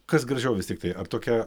kas gražiau vis tiktai ar tokia